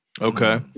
Okay